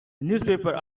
newspaper